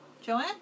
Joanne